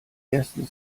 ersten